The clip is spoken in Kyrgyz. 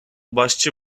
башчы